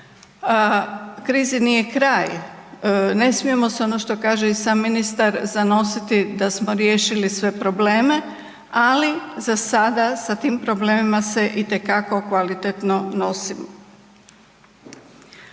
Krizi nije kraj. Ne smijemo se, ono što kaže i sam ministar, zanositi da smo riješili sve probleme, ali za sada sa tim problemima se itekako kvalitetno nosimo.